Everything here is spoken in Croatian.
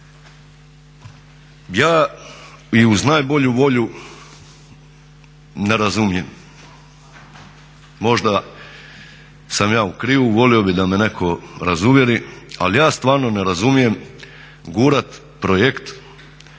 Ja i uz najbolju volju ne razumijem. Možda sam ja u krivu, volio bih da me netko razuvjeri ali ja stvarno ne razumijem gurati projekt